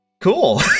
cool